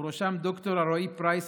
ובראשם ד"ר אלרועי פרייס,